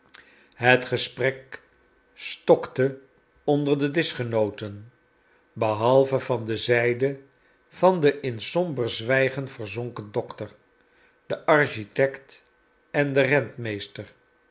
het gesprek stokte onder de dischgenooten behalve van de zijde van den in somber zwijgen verzonken dokter den architect en den